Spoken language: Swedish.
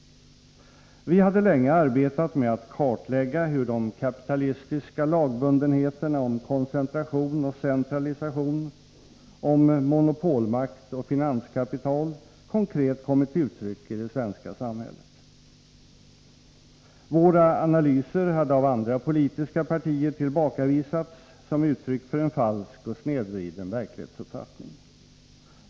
Vi hade länge arbetat med att kartlägga hur de kapitalistiska lagbundenheterna om koncentration och centralisation, om monopolmakt och finanskapital konkret kommit till uttryck i det svenska samhället. Våra analyser hade av andra politiska partier tillbakavisats som uttryck för en falsk och snedvriden verklighetsuppfattning.